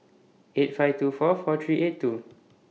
eight five two four four three eight two